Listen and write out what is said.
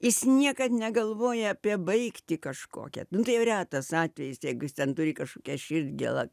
jis niekad negalvoja apie baigtį kažkokią nu tai retas atvejis jeigu jis ten turi kažkokią širdgėlą